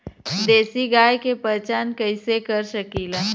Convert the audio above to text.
देशी गाय के पहचान कइसे कर सकीला?